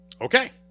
Okay